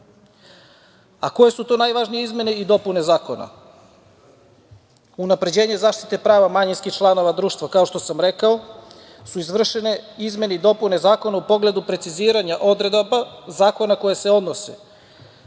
zakona. Koje su to najvažnije izmene i dopune zakona? Unapređenje zaštite prava manjinskih članova društva, kao što sam rekao, su izvršene izmene i dopune zakona u pogledu preciziranja odredaba zakona koje se odnose